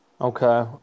Okay